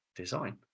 design